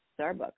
Starbucks